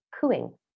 cooing